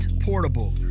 portable